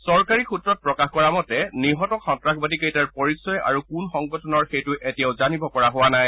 চৰকাৰী সূত্ৰই প্ৰকাশ কৰা মতে নিহত সন্ত্ৰাসবাদীকেইটাৰ পৰিচয় আৰু কোন সংগঠনৰ সেইটো এতিয়াও জানিব পৰা হোৱা নাই